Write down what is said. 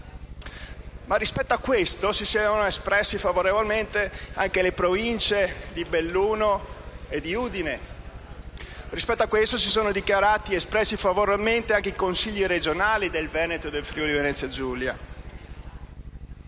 Ma rispetto a questo si erano espresse favorevolmente anche le Province di Belluno e di Udine e si erano espressi favorevolmente anche i Consigli regionali del Veneto e del Friuli-Venezia Giulia.